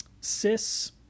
cis